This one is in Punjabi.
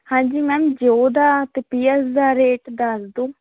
ਹਾਂਜੀ ਮੈਮ ਜੋ ਦਾ ਤੇ ਪੀਅਰਸ ਦਾ ਰੇਟ ਦੱਸ ਦੋ